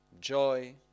joy